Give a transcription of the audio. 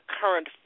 current